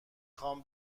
خوام